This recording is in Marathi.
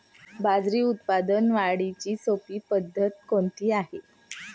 बाजरी उत्पादन वाढीची सोपी पद्धत कोणती आहे?